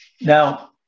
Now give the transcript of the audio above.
Now